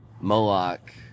Moloch